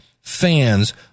fans